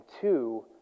two